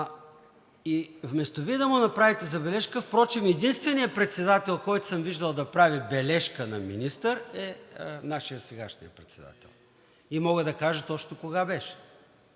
Вместо Вие да му направите забележка – впрочем единственият председател, когото съм виждал да прави бележка на министър, е сегашният председател. Мога да кажа и точно кога беше,